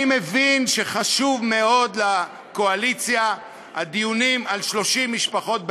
אני מבין שחשובים מאוד לקואליציה הדיונים על 30 משפחות בעמונה,